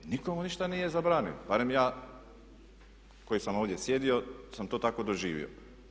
Nitko mu ništa nije zabranio, barem ja koji sam ovdje sjedio sam to tako doživio.